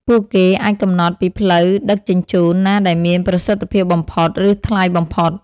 ពួកគេអាចកំណត់ពីផ្លូវដឹកជញ្ជូនណាដែលមានប្រសិទ្ធភាពបំផុត ឬថ្លៃបំផុត។